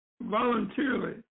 voluntarily